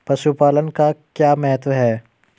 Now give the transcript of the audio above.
पशुपालन का क्या महत्व है?